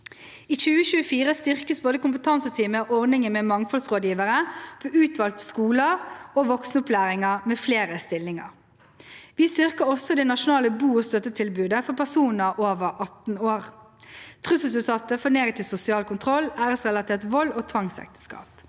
I 2024 styrkes både kompetanseteamet og ordningen med mangfoldsrådgivere på utvalgte skoler og voksenopplæringer med flere stillinger. Vi styrker også det nasjonale bo- og støttetilbudet for personer over 18 år, trusselutsatte for negativ sosial kontroll, æresrelatert vold og tvangsekteskap.